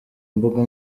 imbuga